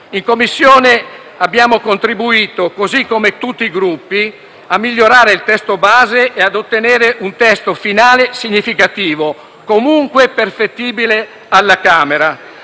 In Commissione abbiamo contribuito, così come tutti i Gruppi, a migliorare il testo base e ad ottenere un testo finale significativo, comunque perfettibile alla Camera.